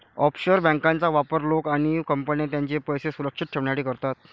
offshore बँकांचा वापर लोक आणि कंपन्या त्यांचे पैसे सुरक्षित ठेवण्यासाठी करतात